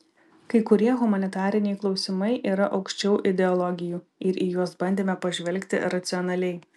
kai kurie humanitariniai klausimai yra aukščiau ideologijų ir į juos bandėme pažvelgti racionaliai